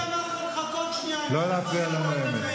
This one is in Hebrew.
או שביבי אמר לך לחכות שנייה, לא להפריע לנואמת.